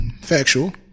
Factual